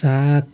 साग